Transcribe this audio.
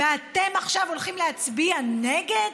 ואתם עכשיו הולכים להצביע נגד?